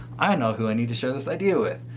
i know who i need to share this idea with.